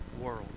world